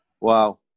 wow